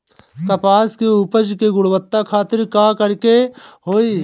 कपास के उपज की गुणवत्ता खातिर का करेके होई?